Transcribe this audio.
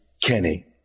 Kenny